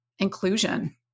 Inclusion